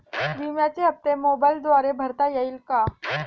विम्याचे हप्ते मोबाइलद्वारे भरता येतील का?